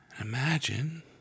Imagine